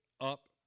up